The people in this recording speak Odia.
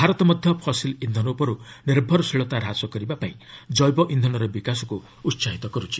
ଭାରତ ମଧ୍ୟ ଫସିଲ୍ ଇନ୍ଧନ ଉପରୁ ନିର୍ଭରଶୀଳତା ହ୍ରାସ କରିବା ପାଇଁ ଜୈବ ଇନ୍ଧନର ବିକାଶକୁ ଉତ୍ସାହିତ କରୁଛି